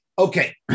Okay